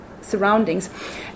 surroundings